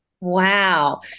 Wow